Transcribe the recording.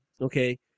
okay